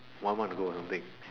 one month ago or something